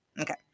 Okay